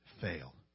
fail